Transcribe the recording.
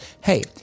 Hey